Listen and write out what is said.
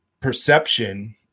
perception